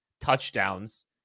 touchdowns